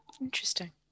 Interesting